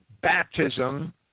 baptism